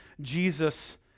Jesus